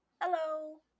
Hello